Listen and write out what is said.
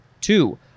Two